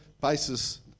basis